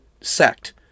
sect